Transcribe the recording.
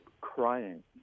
crying